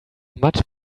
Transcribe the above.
much